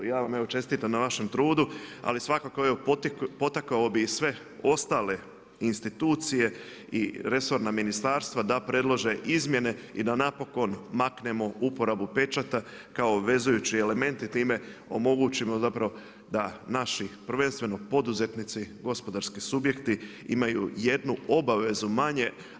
Ja vam evo čestitam na vašem trudu, ali svakako evo potakao bih i sve ostale institucije i resorna ministarstva da predlože izmjene i da napokon maknemo uporabu pečata kao obvezujući element i time omogućimo zapravo da naši prvenstveno poduzetnici, gospodarski subjekti imaju jednu obavezu manje.